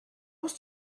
was